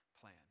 plan